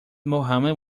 mohammad